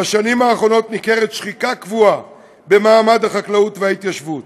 בשנים האחרונות ניכרת שחיקה קבועה במעמד החקלאות וההתיישבות,